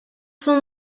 son